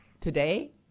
Today